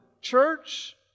church